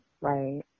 right